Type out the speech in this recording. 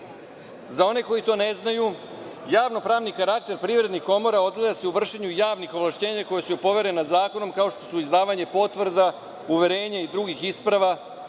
one koji to ne znaju, javno-pravni karakter privrednih komora ogleda se u vršenju javnih ovlašćenja koja su joj poverena zakonom, kao što su izdavanje potvrda, uverenja i drugih isprava